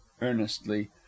earnestly